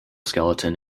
skeleton